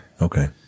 Okay